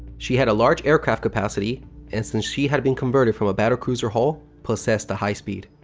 she had a large aircraft capacity and since she had been converted from a battle cruiser hull, possessed a high speed.